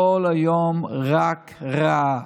כל היום רק רע,